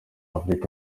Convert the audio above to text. afurika